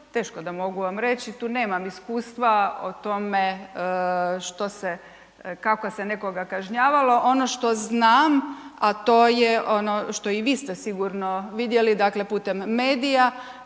teško da mogu vam reći tu nemam iskustva o tome što se, kako se nekoga kažnjavalo. Ono što znam, a to je ono što i vi ste sigurno vidjeli dakle putem medija